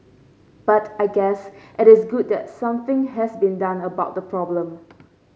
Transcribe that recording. but I guess it is good that something has been done about the problem